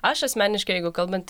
aš asmeniškai jeigu kalbant